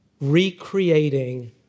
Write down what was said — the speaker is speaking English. recreating